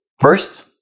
First